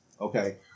Okay